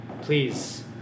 Please